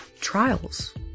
trials